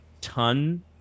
ton